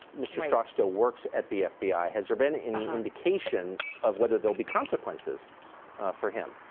mr. strzok still works at the fbi. has there been any indication of whether there will be consequences for him?